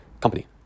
company